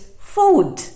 food